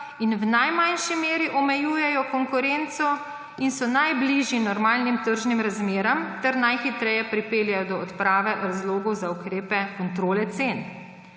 in v najmanjši meri omejujejo konkurenco in so najbližji normalnim tržnim razmeram ter najhitreje pripeljejo do odprave razlogov za ukrepe kontrole cen.